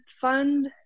fund